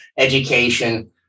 education